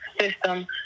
system